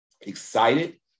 excited